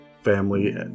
family